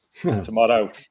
tomorrow